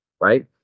Right